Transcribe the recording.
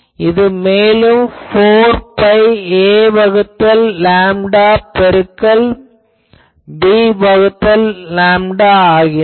இது மேலும் 4 by a வகுத்தல் லேம்டா பெருக்கல் b வகுத்தல் லேம்டா ஆகிறது